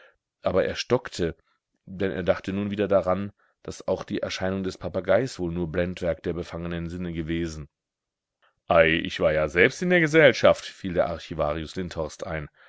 aber er stockte denn er dachte nun wieder daran daß auch die erscheinung des papageis wohl nur blendwerk der befangenen sinne gewesen ei ich war ja selbst in der gesellschaft fiel der archivarius lindhorst ein